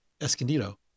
Escondido